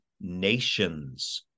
nations